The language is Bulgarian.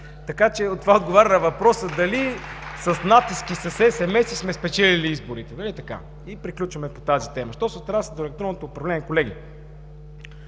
Така че това отговаря на въпроса дали с натиск или със СМС-и сме спечелили изборите. И приключваме по тази тема. Що се отнася до електронното управление, колеги,